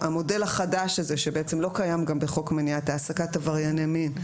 את המודל החדש הזה שלא קיים גם בחוק מניעת העסקת עברייני מין,